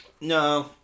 No